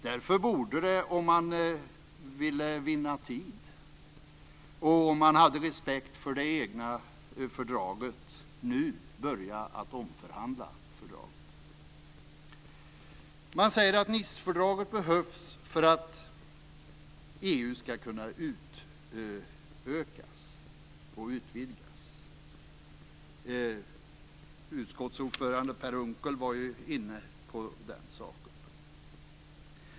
Därför borde man, om man ville vinna tid och om man hade respekt för det egna fördraget, nu börja att omförhandla fördraget. Man säger att Nicefördraget behövs för att EU ska kunna utökas och utvidgas. Utskottsordförande Per Unckel var ju inne på den saken.